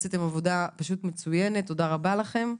עשיתם עבודה פשוט מצוינת, תודה רבה לכם.